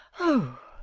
oh,